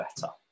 better